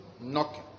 Knocking